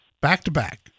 back-to-back